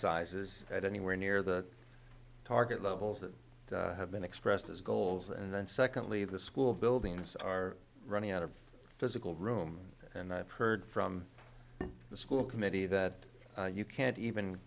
sizes at anywhere near the target levels that have been expressed as goals and then secondly the school buildings are running out of physical room and i've heard from the school committee that you can't even